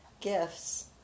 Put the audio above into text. gifts